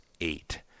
eight